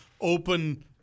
open